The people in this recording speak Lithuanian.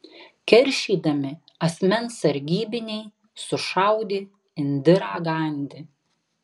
keršydami asmens sargybiniai sušaudė indirą gandi